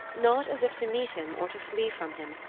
not as if to meet him or to flee from him,